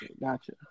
gotcha